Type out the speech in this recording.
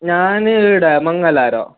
ഞാന് ഇവിടെ മംഗലാപുരം